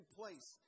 place